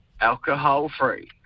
alcohol-free